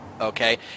okay